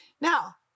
Now